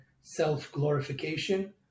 self-glorification